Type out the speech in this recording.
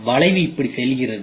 எனவே வளைவு இப்படி செல்கிறது